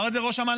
משם.